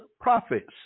prophets